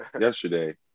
yesterday